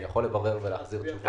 אני יכול לברר ולהחזיר תשובה.